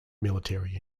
military